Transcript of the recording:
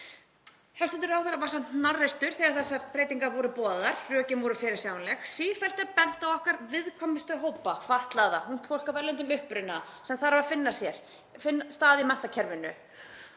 Hæstv. ráðherra var samt hnarreistur þegar þessar breytingar voru boðaðar. Rökin voru fyrirsjáanleg. Sífellt er bent á okkar viðkvæmustu hópa; fatlaða, ungt fólk af erlendum uppruna sem þarf að finna sér stað í menntakerfinu